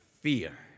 fear